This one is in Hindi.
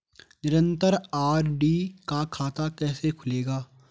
निरन्तर आर.डी का खाता कैसे खुलेगा?